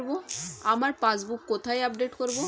আমার পাসবুক কোথায় আপডেট করব?